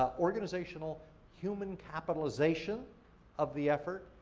ah organizational human capitalization of the effort.